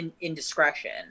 indiscretion